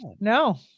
No